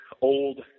old